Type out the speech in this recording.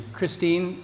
Christine